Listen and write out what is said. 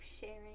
sharing